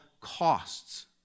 costs